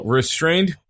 restrained